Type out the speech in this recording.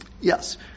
Yes